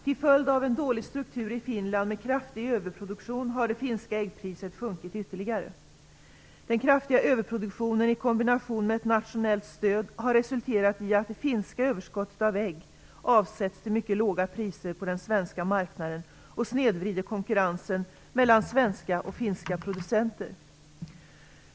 Till följd av en dålig struktur i Finland med kraftig överproduktion har det finska äggpriset sjunkit ytterligare. Den kraftiga överproduktionen i kombination med ett nationellt stöd har resulterat i att det finska överskottet av ägg avsätts till mycket låga priser på den svenska marknaden och snedvrider konkurrensen mellan svenska och finska producenter.